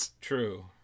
True